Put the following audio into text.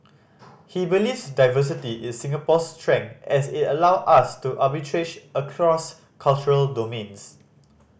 he believes diversity is Singapore's strength as it allow us to arbitrage across cultural domains